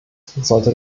sollte